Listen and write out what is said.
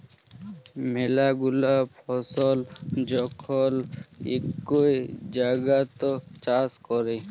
ম্যালা গুলা ফসল যখল ইকই জাগাত চাষ ক্যরে